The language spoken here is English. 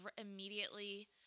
immediately